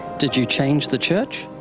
did you change the church?